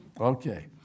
Okay